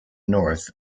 north